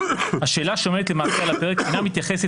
השאלה שעומדת למעשה על הפרק אינה מתייחסת